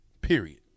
Period